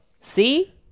See